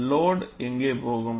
load எங்கே போகும்